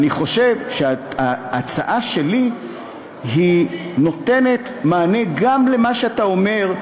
אני חושב שההצעה שלי נותנת מענה גם למה שאתה אומר,